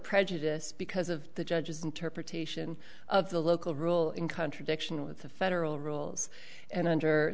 prejudice because of the judge's interpretation of the local rule in contradiction with the federal rules and under